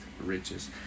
riches